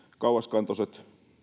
kauaskantoiset